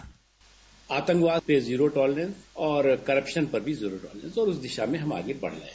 bite आतंकवाद पे zero tolerance और करप्शन पर भी जीरो टांलरेंस तो उस दिशा में हम आगे बढ़ रहे हैं